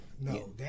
no